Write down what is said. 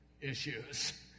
issues